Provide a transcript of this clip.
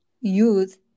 youth